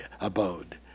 abode